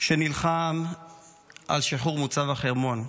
שנלחם על שחרור מוצב החרמון.